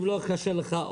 אם לא קשה לך,